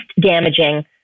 damaging